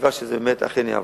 בתקווה שזה באמת אכן יעבור.